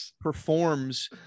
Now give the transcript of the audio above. performs